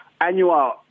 annual